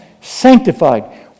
sanctified